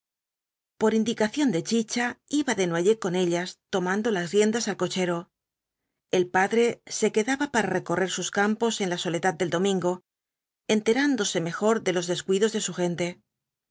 por indicación de chicha iba desnoyers con ellas tomando las riendas al cochero el padre se quedaba para recorrer sus campo en la soledad del domingo enterándose mejor de los descuidos de su gente